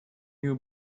new